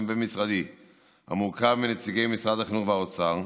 בין-משרדי המורכב מנציגי משרדי החינוך והאוצר.